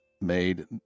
made